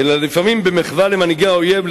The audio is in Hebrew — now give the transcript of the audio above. לפעמים פשוט במה שהם קראו לו "מחווה" למנהיגי האויב,